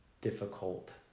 difficult